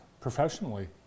professionally